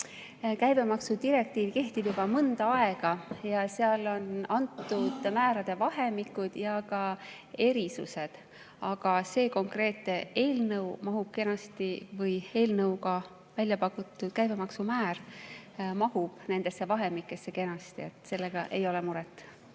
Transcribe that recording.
Käibemaksu direktiiv kehtib juba mõnda aega ja seal on antud määrade vahemikud ja ka erisused. Aga see konkreetne eelnõu või eelnõuga väljapakutud käibemaksumäär mahub nendesse vahemikesse kenasti. Sellega ei ole muret.